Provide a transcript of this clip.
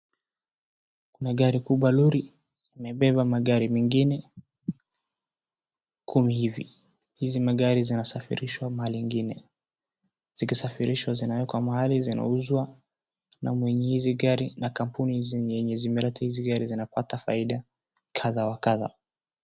Kuna gari kubwa, lori, imebeba magari mengine kumi hivi. Hizi magari zinasafirishwa mahali ingine. Zikisafirishwa zinawekwa mahali, zinauzwa. Mwenye hizi gari na kampuni zenye zimeleta hizi gari zinapata faida kadha kwa kadha.